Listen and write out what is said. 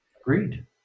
agreed